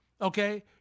okay